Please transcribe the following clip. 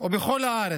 ובכל הארץ,